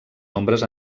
nombres